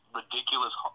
ridiculous